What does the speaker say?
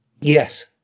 Yes